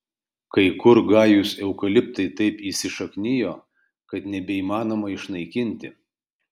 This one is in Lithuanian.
kai kur gajūs eukaliptai taip įsišaknijo kad nebeįmanoma išnaikinti